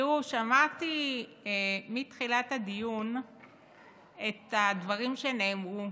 תראו, שמעתי מתחילת הדיון את הדברים שנאמרו,